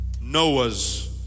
noah's